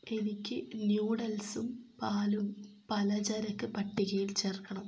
എനിക്ക് ന്യുഡൽസും പാലും പലചരക്ക് പട്ടികയിൽ ചേർക്കണം